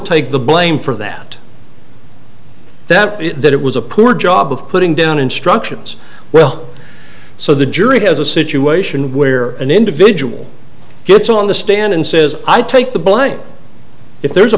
take the blame for that that that it was a poor job of putting down instructions well so the jury has a situation where an individual gets on the stand and says i take the blame if there's a